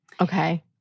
Okay